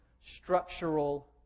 Structural